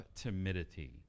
timidity